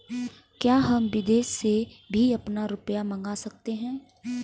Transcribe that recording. क्या हम विदेश से भी अपना रुपया मंगा सकते हैं?